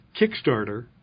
Kickstarter